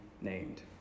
named